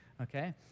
okay